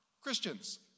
Christians